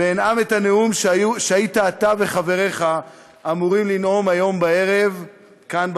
ואנאם את הנאום שהייתם אתה וחבריך אמורים לנאום היום בערב כאן,